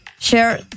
share